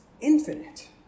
infinite